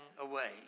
away